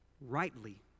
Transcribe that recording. rightly